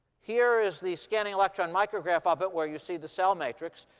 here is the scanning electron micrograph of it where you see the cell matrix.